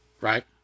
Right